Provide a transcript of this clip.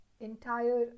entire